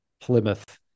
Plymouth